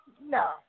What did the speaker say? No